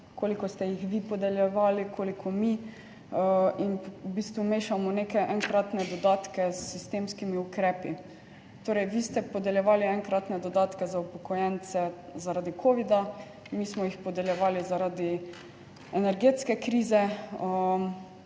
koliko ste jih vi podeljevali, koliko mi, in v bistvu mešamo neke enkratne dodatke s sistemskimi ukrepi. Torej, vi ste podeljevali enkratne dodatke za upokojence zaradi covida, mi smo jih podeljevali zaradi energetske krize,